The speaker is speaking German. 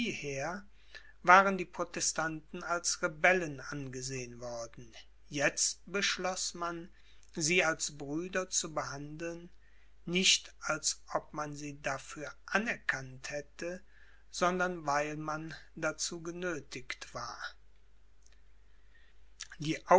waren die protestanten als rebellen angesehen worden jetzt beschloß man sie als brüder zu behandeln nicht als ob man sie dafür anerkannt hätte sondern weil man dazu genöthigt war die